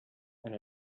and